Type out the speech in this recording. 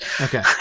Okay